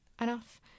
enough